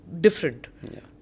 Different